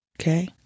Okay